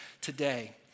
today